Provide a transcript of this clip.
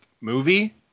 movie